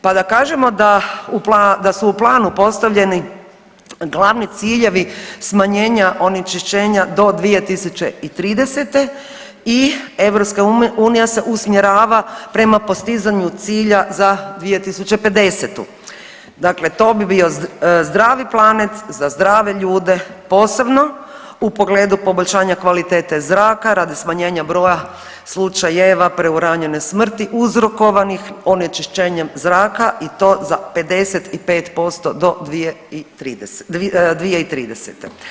Pa da kažemo da su u planu postavljeni glavni ciljevi smanjenja onečišćenja do 2030. i EU se usmjerava prema postizanju cilja za 2050. dakle to bi bio zdravi planet za zdrave ljude posebno u poboljšanju kvalitete zraka, radi smanjenja broja slučajeva preuranjene smrti uzrokovanih onečišćenjem zraka i to za 55% do 2030.